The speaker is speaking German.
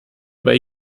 bei